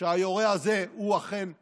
שהיורה הזה הוא אכן האיש,